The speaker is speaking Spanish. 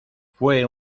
fue